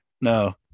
no